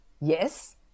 Yes